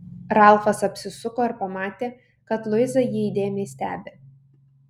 ralfas apsisuko ir pamatė kad luiza jį įdėmiai stebi